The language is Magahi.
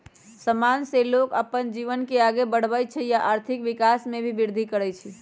समान से लोग अप्पन जीवन के आगे बढ़वई छई आ आर्थिक विकास में भी विर्धि करई छई